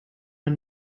man